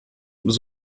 genau